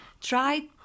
Try